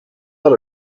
not